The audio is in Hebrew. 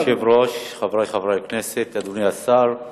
אדוני היושב-ראש, חברי חברי הכנסת, אדוני השר,